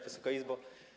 Wysoka Izbo!